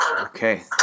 Okay